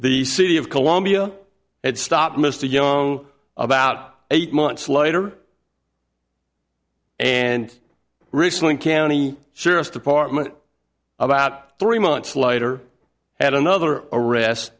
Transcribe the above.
the city of columbia had stopped mr young about eight months later and richland county sheriff's department about three months later had another arrest